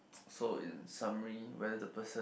so in summary whether the person